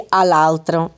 all'altro